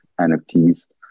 NFTs